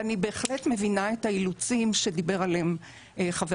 ואני בהחלט מבינה את האילוצים עליהם דיבר חבר